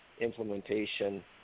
implementation